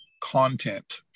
content